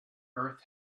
earth